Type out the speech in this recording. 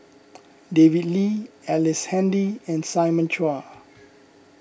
David Lee Ellice Handy and Simon Chua